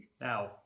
Now